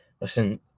listen